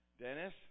Dennis